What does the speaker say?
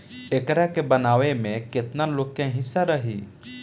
एकरा के बनावे में केतना लोग के हिस्सा रही